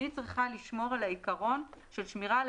היא צריכה לשמור על העיקרון של שמירה על